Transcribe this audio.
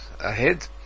ahead